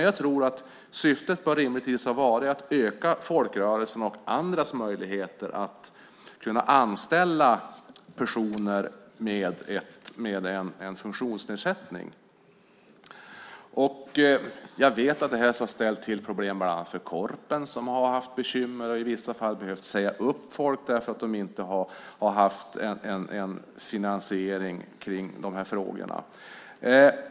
Jag tror att syftet rimligtvis bör ha varit att öka folkrörelsernas och andras möjligheter att kunna anställa personer med en funktionsnedsättning. Jag vet att detta har ställt till problem bland annat för Korpen som har haft bekymmer och i vissa fall har behövt säga upp folk för att de inte har haft en finansiering kring de här frågorna.